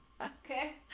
Okay